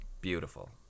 Beautiful